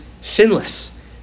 sinless